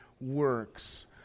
works